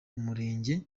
umurenge